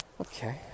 okay